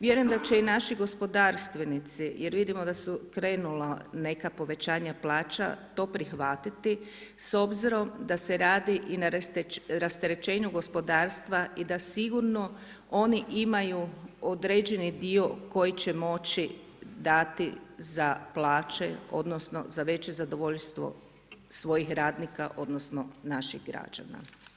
Vjerujem da će i naši gospodarstvenici, jer vidimo da su krenula neka povećanja plaća to prihvatiti s obzirom da se radi i na rasterećenju gospodarstva i da sigurno oni imaju određeni dio koji će moći dati za plaće, odnosno za veće zadovoljstvo svojih radnika odnosno naših građana.